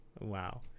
Wow